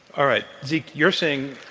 all right. zeke, you're saying,